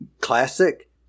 Classic